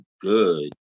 good